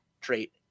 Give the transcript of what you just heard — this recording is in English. trait